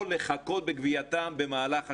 או לחכות בגבייתם במהלך השנה.